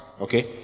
Okay